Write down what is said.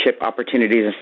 opportunities